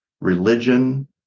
religion